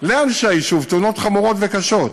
לאנשי היישוב, תאונות חמורות וקשות.